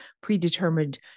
predetermined